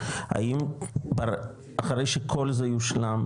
האם אחרי שכל זה יושלם,